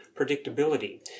predictability